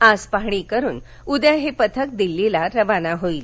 आज पाहणी करून उद्या हे पथक दिल्लीला रवाना होईल